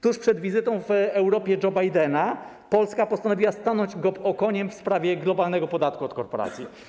Tuż przed wizytą w Europie Joe Bidena Polska postanowiła stanąć okoniem w sprawie globalnego podatku od korporacji.